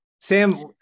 Sam